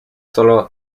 sólo